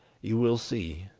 you will see,